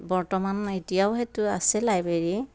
বৰ্তমান এতিয়াও সেইটো আছে লাইব্ৰেৰী